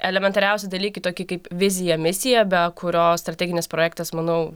elementariausi dalykai tokie kaip vizija misija be kurio strateginis projektas manau